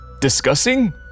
Discussing